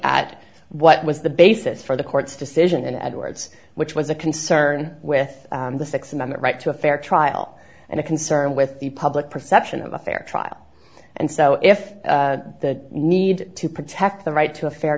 at what was the basis for the court's decision in edwards which was a concern with the sixth amendment right to a fair trial and a concern with the public perception of a fair trial and so if the need to protect the right to a fair